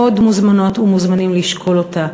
מאוד מוזמנות ומוזמנים לשקול אותה.